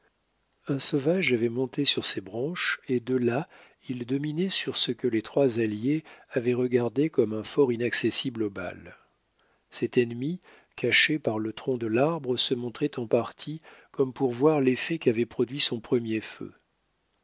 un sauvage avait monté sur ses branches et de là il dominait sur ce que les trois alliés avaient regardé comme un fort inaccessible aux balles cet ennemi caché par le tronc de l'arbre se montrait en partie comme pour voir l'effet qu'avait produit son premier feu